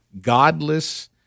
godless